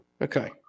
okay